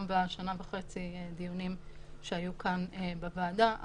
בשנה וחצי של דיונים שהיו כאן בוועדה.